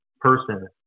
person